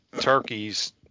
turkeys